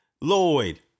Lloyd